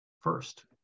first